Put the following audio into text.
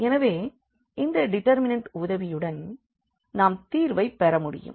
எனவே இந்த டிடெர்மினண்ட் உதவியுடன் நாம் தீர்வை பெற முடியும்